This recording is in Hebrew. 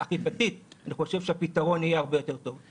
אכיפתית אני חושב שהפתרון יהיה הרבה יותר טוב.